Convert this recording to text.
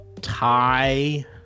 tie